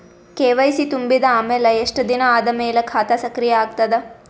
KYC ತುಂಬಿದ ಅಮೆಲ ಎಷ್ಟ ದಿನ ಆದ ಮೇಲ ಖಾತಾ ಸಕ್ರಿಯ ಅಗತದ?